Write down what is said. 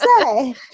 say